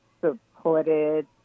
supported